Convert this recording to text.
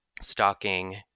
stalking